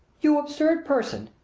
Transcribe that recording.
you absurd person!